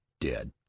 dead